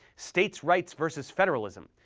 states' rights vs. federalism,